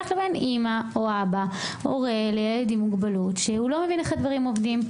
שלהם לבין הורה לילד עם מוגבלות שלא מבין איך הדברים עובדים.